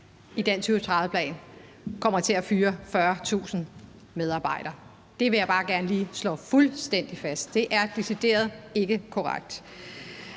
den 2030-plan kommer til at fyre 40.000 medarbejdere. Det vil jeg bare gerne lige slå fuldstændig fast. Det er decideret ikke korrekt.